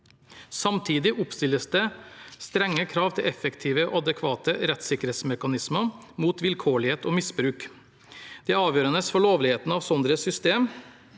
Samtidig oppstilles det strenge krav til effektive og adekvate rettssikkerhetsmekanismer mot vilkårlighet og misbruk. Det er avgjørende for lovligheten av slike systemer